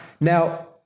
Now